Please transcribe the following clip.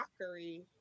mockery